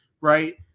right